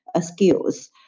skills